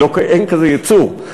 אין כזה יצור.